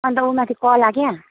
अन्त उ माथि कला क्या